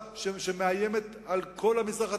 שמאיימת על כל המזרח התיכון,